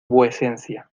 vuecencia